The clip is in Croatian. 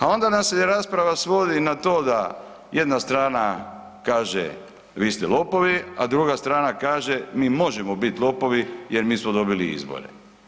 A onda nam se rasprava svodi na to da jedna strana kaže „vi ste lopovi“ a druga strana kaže „ mi možemo bit lopovi jer mi smo dobili izbore“